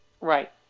right